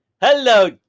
hello